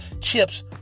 chips